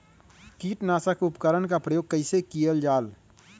किटनाशक उपकरन का प्रयोग कइसे कियल जाल?